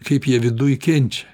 kaip jie viduj kenčia